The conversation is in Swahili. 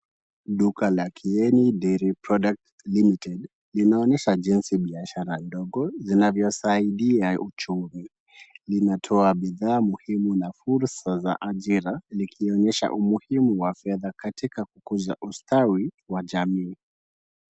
Duka la Kieni Dairy product limited linaonyesha jinsi biashara ndogo zinavyosaidia uchumi. Linatoa bidhaa muhimu na fursa za ajira likionyesha umuhimu wa fedha katika kukuza ustawi wa jamii.